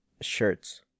shirts